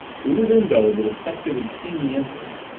through the window the detective had seen the incident,